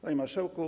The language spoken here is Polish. Panie Marszałku!